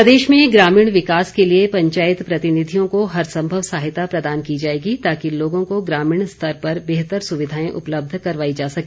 मुख्यमंत्री प्रदेश में ग्रामीण विकास के लिए पंचायत प्रतिनिधियों को हरसंभव सहायता प्रदान की जाएगी ताकि लोगों को ग्रामीण स्तर पर बेहतर सुविधाएं उपलब्ध करवाई जा सके